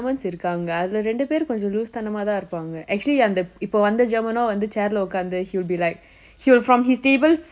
then like she would keep asking night err you know how to putting in a funnel boarding air so that she knows that we are not like dying without her presence